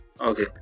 Okay